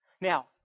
Now